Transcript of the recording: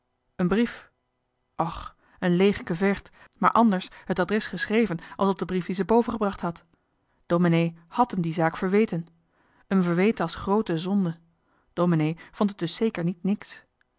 en brief och en leeg kevert maar ànders het adres geschreven as op de brief die zij bovengebracht had domenee hàd um die zaak johan de meester de zonde in het deftige dorp verweten um verweten a's groote zonde domenee vond et dus zeker niet niks